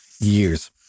years